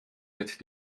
mit